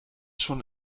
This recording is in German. schon